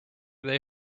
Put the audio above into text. they